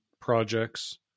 projects